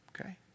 Okay